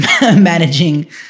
managing